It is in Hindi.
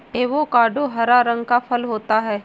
एवोकाडो हरा रंग का फल होता है